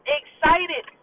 excited